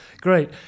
great